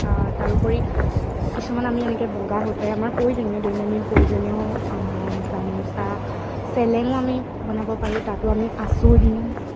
তাৰোপৰি কিছুমান আমি এনেকৈ বগা সূতাৰে আমাৰ প্ৰয়োজনীয় দৈনন্দিন প্ৰয়োজনীয় গামোচা চেলেঙো আমি বনাব পাৰোঁ তাতো আমি আঁচুৰ দি